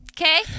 okay